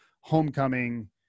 Homecoming